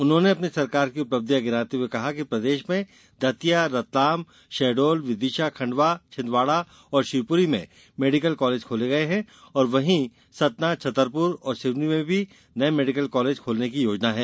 उन्होंने अपनी सरकार की उपलब्धियां गिनाते हुए कहा कि प्रदेश में दतिया रतलाम शहडोल विदिशा खंडवा छिदवाडा और शिवपुरी में मेडीकल कालेज खोले गये है और वहीं सतना छतरपुर और सिवनी में भी नये मेडीकल कालेज खोलने की योजना है